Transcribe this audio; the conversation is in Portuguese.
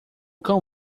cão